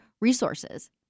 resources